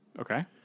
Okay